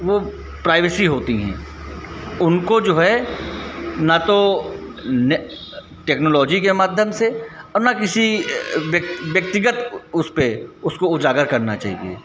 वह प्राइवेसी होती हैं उनको जो है न तो न टेक्नोलोजी के माध्यम से और न किसी व्यक व्यक्तिगत उस पर उसको उजागर करना चाहिए